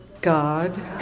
God